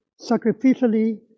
sacrificially